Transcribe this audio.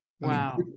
wow